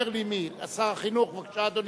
שר החינוך, בבקשה, אדוני.